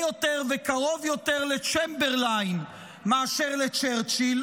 יותר וקרוב יותר לצ'מברלין מאשר לצ'רצ'יל.